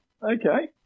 Okay